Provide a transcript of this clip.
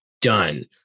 done